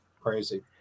crazy